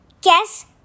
guess